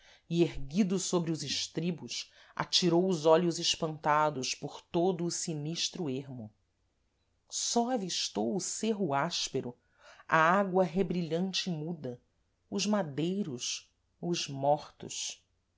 e erguido sôbre os estribos atirou os olhos espantados por todo o sinistro ermo só avistou o cêrro áspero a água rebrilhante e muda os madeiros os mortos